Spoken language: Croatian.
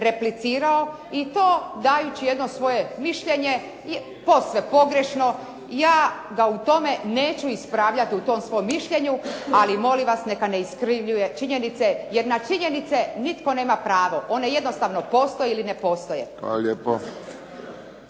replicirao i to dajući jedno svoje mišljenje posve pogrešno. Ja ga u tome neću ispravljati u tom svom mišljenju ali molim vas neka ne iskrivljuje činjenice jer na činjenice nitko nema pravo. One jednostavno postoje ili ne postoje.